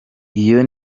iyi